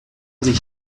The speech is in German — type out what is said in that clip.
sich